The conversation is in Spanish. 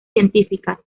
científicas